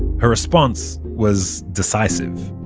her response was decisive.